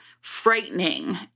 frightening